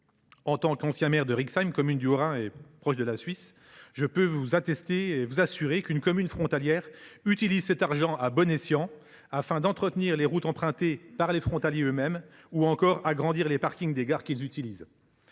En tant qu’ancien maire de Rixheim, commune du Haut Rhin proche de la Suisse, je peux pourtant vous assurer que les communes frontalières utilisent cet argent à bon escient, afin d’entretenir les routes empruntées par les frontaliers eux mêmes ou encore d’agrandir les parkings des gares qu’ils utilisent.